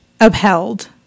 upheld